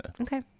Okay